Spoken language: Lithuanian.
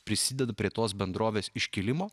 prisideda prie tos bendrovės iškilimo